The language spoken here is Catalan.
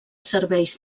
serveis